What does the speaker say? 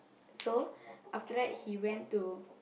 so after that he went to